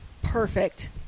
Perfect